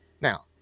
Now